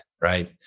right